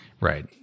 Right